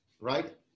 right